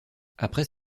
après